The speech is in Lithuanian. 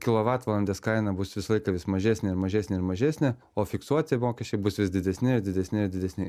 kilovatvalandės kaina bus visą laiką vis mažesnė ir mažesnė ir mažesnė o fiksuoti mokesčiai bus vis didesni ir didesni ir didesni